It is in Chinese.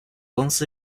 公司